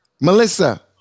melissa